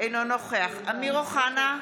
אינו נוכח אמיר אוחנה,